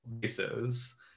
pieces